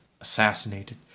assassinated